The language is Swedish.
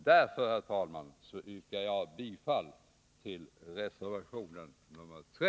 Därför, herr talman, yrkar jag bifall till reservation nr 3.